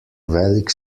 velik